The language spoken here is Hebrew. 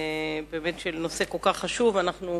של נושא כל כך חשוב, אנחנו